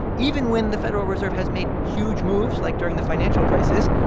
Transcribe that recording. even when the federal reserve has made huge moves, like during the financial crisis,